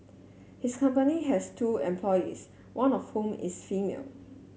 his company has two employees one of whom is female